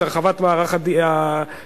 את הרחבת מערך ה-DTT,